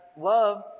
love